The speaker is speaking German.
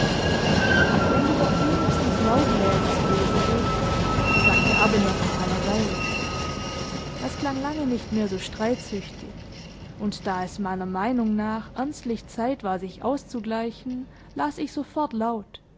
wenn du doch wenigstens laut läsest leserich sagte abelone nach einer weile das klang lange nicht mehr so streitsüchtig und da es meiner meinung nach ernstlich zeit war sich auszugleichen las ich sofort laut